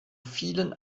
vielen